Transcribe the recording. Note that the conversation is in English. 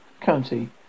County